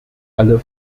alle